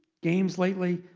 games lately?